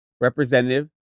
Representative